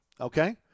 okay